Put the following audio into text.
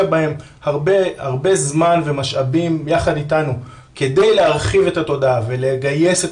בהם הרבה זמן ומשאבים יחד איתנו כדי להרחיב את התודעה ולגייס את